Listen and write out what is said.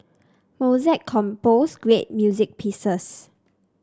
Mozart composed great music pieces